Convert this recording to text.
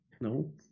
No